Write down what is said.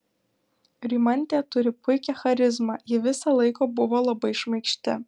rimantė turi puikią charizmą ji visą laiką buvo labai šmaikšti